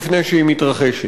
לפני שהיא מתרחשת.